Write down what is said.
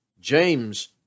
James